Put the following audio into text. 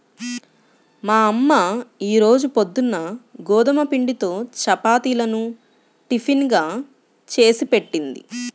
మా అమ్మ ఈ రోజు పొద్దున్న గోధుమ పిండితో చపాతీలను టిఫిన్ గా చేసిపెట్టింది